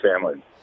family